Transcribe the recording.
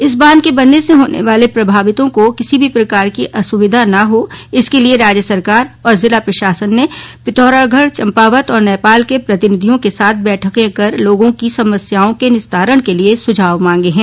इस बांध के बनने से होने वाले प्रभावितों को किसी भी प्रकार की असुविधा न हो इसके लिए राज्य सरकार और जिला प्रशासन ने पिथौरागढ़ चम्पावत और नेपाल के प्रतिनिधियों के साथ बैठकें कर लोगों की समस्याओं के निस्तारण के लिए सुझाव मांगे हैं